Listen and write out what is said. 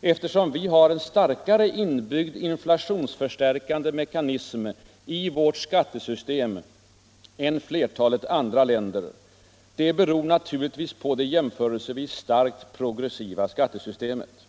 eftersom vi har en starkare inbyggd inflationsförstärkande mekanism i vårt skattesystem än flertalet andra länder. Det beror naturligtvis på det jämförelsevis starkt progressiva skattesystemet.